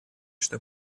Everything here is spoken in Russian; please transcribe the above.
что